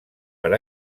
per